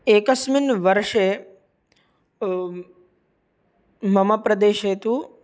एकस्मिन् वर्षे मम प्रदेशे तु